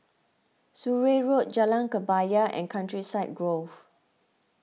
Surrey Road Jalan Kebaya and Countryside Grove